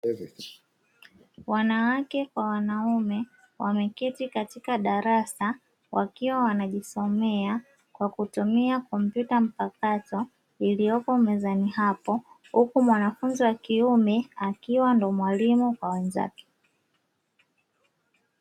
Wanawake kwa wanaume wameketi katika darasa wakiwa wanajisomea kwa kutumia kompyuta mpakato iliyopo mezani hapo, huku mwanafunzi wa kiume akiwa ndo mwalimu kwa wenzake.